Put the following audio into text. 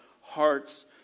hearts